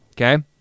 Okay